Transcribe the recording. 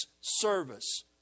service